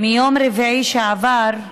מיום רביעי שעבר,